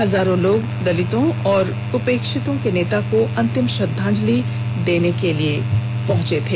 हजारों लोग दलितों और उपेक्षितों के नेता को अंतिम श्रद्धांजलि अर्पित करने के लिए पहुंचे